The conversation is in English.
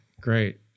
great